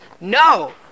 No